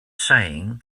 saying